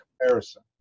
comparison